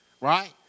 right